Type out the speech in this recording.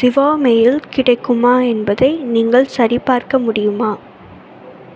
ஜிவாமேயில் கிடைக்குமா என்பதை நீங்கள் சரிபார்க்க முடியுமா